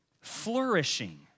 flourishing